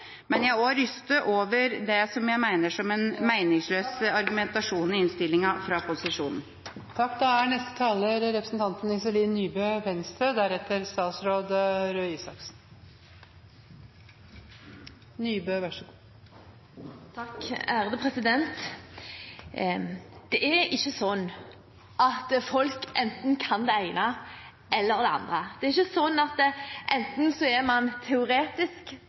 det er når man ikke sitter i posisjon, men jeg er også rystet over det som jeg mener er en meningsløs argumentasjon i innstillinga fra posisjonen. Det er ikke slik at folk enten kan det ene eller det andre. Det er ikke slik at enten er man teoretisk anlagt og teoretisk sterk, eller så er man